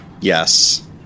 Yes